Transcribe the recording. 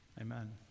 Amen